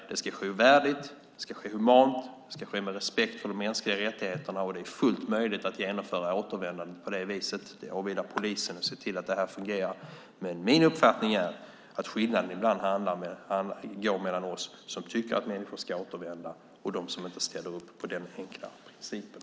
Det ska ske värdigt, humant och med respekt för de mänskliga rättigheterna. Det är fullt möjligt att genomföra återvändandet på det viset. Det åvilar polisen att se till att detta fungerar. Min uppfattning är att skillnaden ibland går mellan oss som tycker att människor ska återvända och dem som inte ställer upp på den enkla principen.